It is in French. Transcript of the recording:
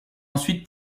ensuite